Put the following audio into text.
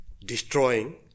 destroying